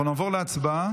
אנחנו נעבור להצבעה.